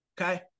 okay